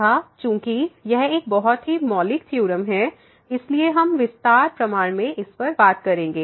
तथा चूँकि यह एक बहुत ही मौलिक थ्योरम है इसलिए हम विस्तार प्रमाण में इस पर बात करेंगे